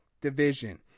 division